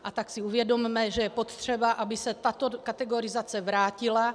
A tak si uvědomme, že je potřeba, aby se tato kategorizace vrátila.